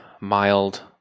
mild